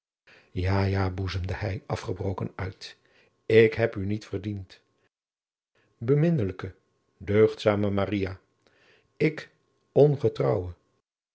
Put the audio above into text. ja boezemde hij afgebroken uit ik heb u niet verdiend beminnelijke deugdzame maria ik ongetrouwe